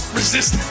resist